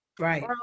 right